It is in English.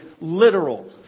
literal